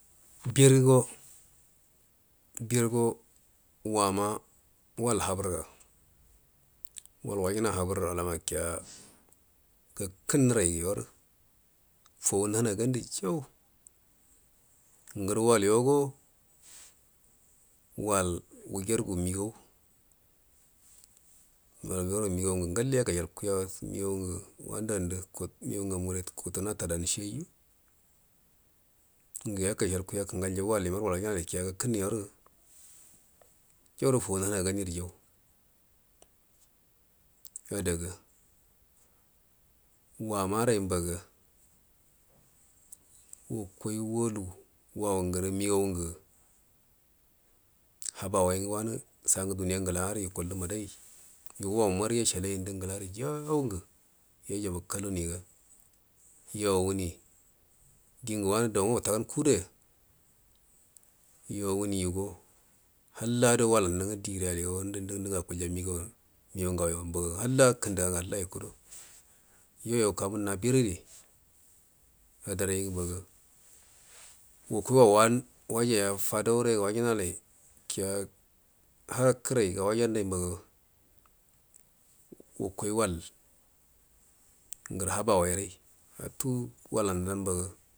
Birəgo wama wal habrga wau wajina habnə ga adama kia gakənurai yorə fou nanagandu jau nguru walyogo wal wugergu migau wal wugergu migau ngə donai ngatte yegurshal kayaga migau ngu wandandə migan ngamure kutu natadan. Shiyayiju ugu yakashal kuya kangalyo wal nar wal waji nalai kiya gakənnə imar jauro fai nana ganiru jau adaga wamarai wbaga waka walu wan nguru wingan ngu habawai ngu wanu sangu duniya uglaw yukullə mudra wau marə yashalandu ngelaru jan ugu yajabu kuluniga yauwuni dingə wanu abu uga wutagan ku gudo ya yawunigo hallado walanu nga di aligaugan ngadu nga akulya miga uyo migan ngan mbaga halla kəndaga ngu halla yukulyo yoyo wuka munna bivəri wakai wan wan wajaye fadauraiga wajinalair kiya larakkərai ga wajilanalan mbaga wakai wall ngurə habamai nai a tu walandan mbaga.